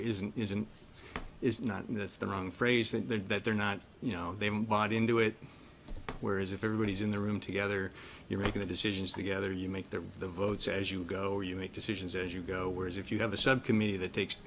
isn't isn't is not and that's the wrong phrase that they're that they're not you know they won't buy into it whereas if everybody's in the room together you're making the decisions together you make that the votes as you go you make decisions as you go whereas if you have a subcommittee that takes